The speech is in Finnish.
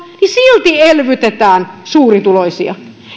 niin silti elvytetään suurituloisia